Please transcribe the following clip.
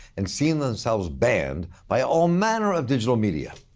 and seen themselves banned by all manner of digital media.